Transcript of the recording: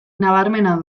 nabarmena